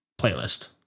playlist